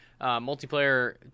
Multiplayer